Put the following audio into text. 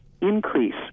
increase